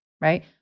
right